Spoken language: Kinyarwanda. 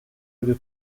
uri